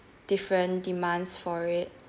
different demands for it